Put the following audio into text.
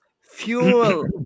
fuel